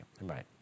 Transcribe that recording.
right